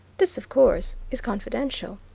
this, of course, is confidential.